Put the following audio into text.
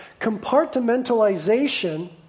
compartmentalization